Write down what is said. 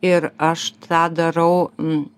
ir aš tą darau